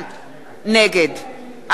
נגד אריה אלדד,